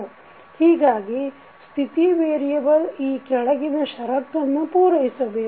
ಹೀಗಾಗಿ ಸ್ಥಿತಿ ವೇರಿಯಬಲ್ ಈ ಕೆಳಗಿನ ಷರತ್ತನ್ನು ಪೂರೈಸಬೇಕು